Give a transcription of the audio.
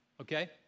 okay